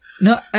no